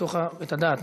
את הדעת,